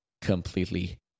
completely